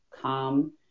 calm